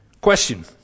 Question